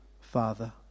father